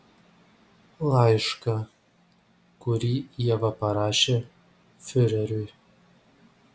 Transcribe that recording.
laišką kurį ieva parašė fiureriui